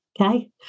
Okay